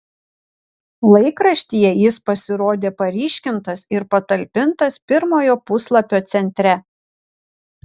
laikraštyje jis pasirodė paryškintas ir patalpintas pirmojo puslapio centre